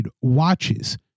watches